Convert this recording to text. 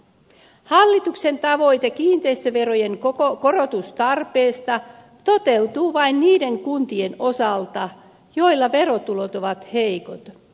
hallituksen tavoite kiinteistöverojen korotustarpeesta toteutuu vain niiden kuntien osalta joilla verotulot ovat heikot